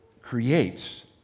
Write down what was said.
creates